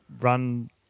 run